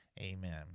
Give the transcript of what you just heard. amen